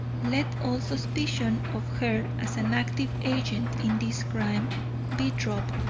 let all suspicion of her as an active agent in this crime be dropped,